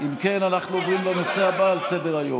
אם כן, אנחנו עוברים לנושא הבא על סדר-היום,